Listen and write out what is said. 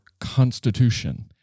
constitution